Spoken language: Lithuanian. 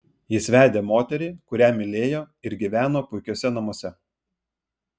jis vedė moterį kurią mylėjo ir gyveno puikiuose namuose